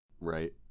right